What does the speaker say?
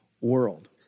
world